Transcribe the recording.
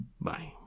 Bye